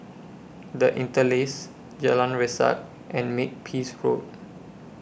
The Interlace Jalan Resak and Makepeace Road